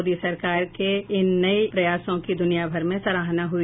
मोदी सरकार के इन नई प्रयासों की दुनियाभर में सराहना हुई